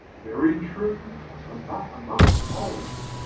very true and but a month old.